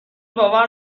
باور